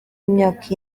imyaka